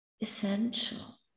essential